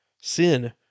sin